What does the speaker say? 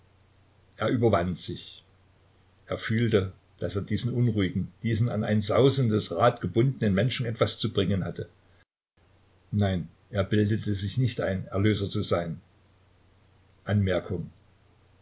er überwand sich er fühlte daß er diesen unruhigen diesen an ein sausendes rad gebundenen menschen etwas zu bringen hatte nein er bildete sich nicht ein erlöser zu sein